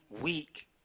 week